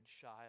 shy